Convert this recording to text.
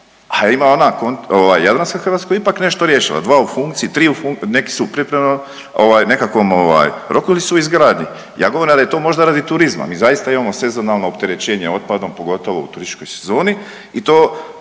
ona ovaj jadranska Hrvatska je ipak nešto riješila 2 funkciji, 3 u, neki su pripremama ovaj nekakvom rokovi su u izgradnji, ja govorim da je to možda radi turizma. Mi zaista imamo sezonalno opterećenje otpadom pogotovo u turističkoj sezoni i to